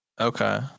Okay